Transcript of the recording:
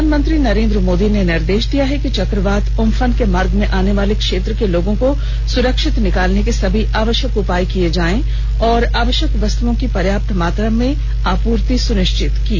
प्रधानमंत्री नरेन्द्र मोदी ने निर्देश दिया है कि चक्रवात उम्फन के मार्ग में आने वाले क्षेत्रों के लोगों को सुरक्षित निकालने के सभी आवश्यक उपाय किए जाएं और आवश्यक वस्तुओं की पर्याप्त मात्रा में आपूर्ति सुनिश्चित की जाए